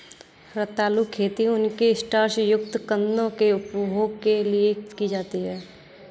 रतालू खेती उनके स्टार्च युक्त कंदों के उपभोग के लिए की जाती है